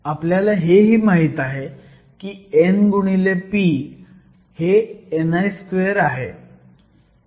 आपल्याला हेही माहीत आहे की n p हे ni2 आहे